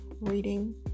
reading